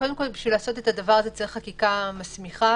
כדי לעשות את הדבר הזה צריך חקיקה מסמיכה.